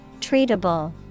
Treatable